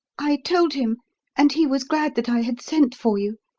i told him and he was glad that i had sent for you.